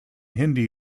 hindi